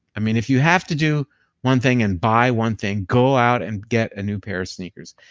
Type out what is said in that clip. i mean, if you have to do one thing and buy one thing, go out and get a new pair of sneakers.